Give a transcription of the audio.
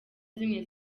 zimwe